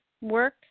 work